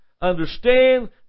understand